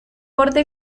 borde